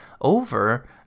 over